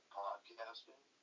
podcasting